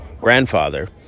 grandfather